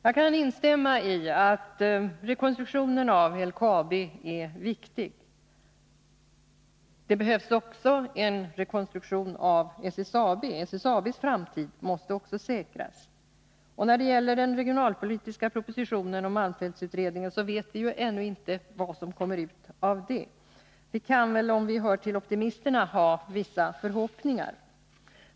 Jag kan instämma i att rekonstruktionen av LKAB är viktig. Det behövs också en rekonstruktion av SSAB. SSAB:s framtid måste också säkras. Och när det gäller den regionalpolitiska propositionen om malmfältsutredningen vet vi ännu inte vad som kommer ut av det arbetet. Vi kan väl, om vi hör till optimisterna, ha vissa förhoppningar.